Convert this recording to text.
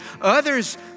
Others